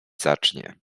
zacznie